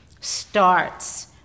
starts